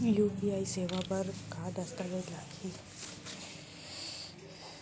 UPI सेवा बर का का दस्तावेज लागही?